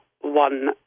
one